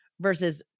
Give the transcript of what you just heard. Versus